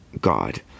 God